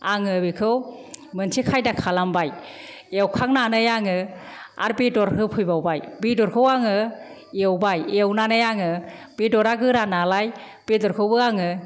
आङो बेखौ मोनसे खायदा खालामबाय एवखांनानै आङो आरो बेदर होफैबावबाय बेदरखौ आङो एवबाय एवनानै आङो बेदरा गोरा नालाय बेदरखौबो आङो